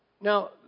Now